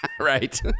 Right